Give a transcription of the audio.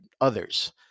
others